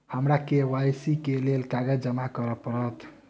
हमरा के.वाई.सी केँ लेल केँ कागज जमा करऽ पड़त?